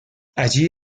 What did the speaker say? allí